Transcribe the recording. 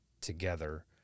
together